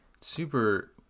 Super